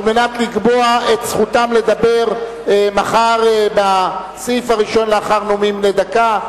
על מנת לקבוע את זכותם לדבר מחר בסעיף הראשון לאחר נאומים בני דקה,